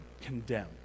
condemned